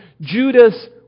Judas